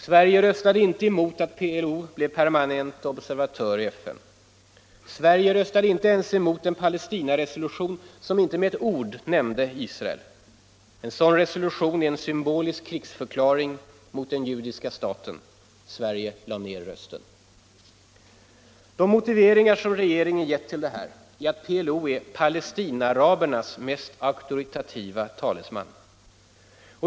Sverige röstade inte emot att PLO blev permanent observatör i FN. Sverige röstade inte ens emot en Palestinaresolution som inte med ett ord nämnde Israel. En sådan resolution är en symbolisk krigsförklaring mot den judiska staten; Sverige lade ner rösten. De motiveringar som regeringen gett till detta är att PLO är ”Palestinaarabernas mest auktoritativa talesman”.